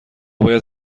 باید